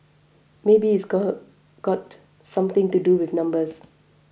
maybe it go got something to do with numbers